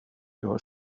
your